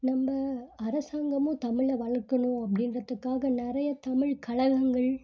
நம்ம அரசாங்கமும் தமிழை வளர்க்கணும் அப்படின்றத்துக்காக நிறைய தமிழ் கழகங்கள்